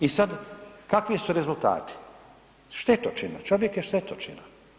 I sad, kakvi su rezultati, štetočina, čovjek je štetočina.